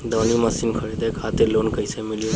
दऊनी मशीन खरीदे खातिर लोन कइसे मिली?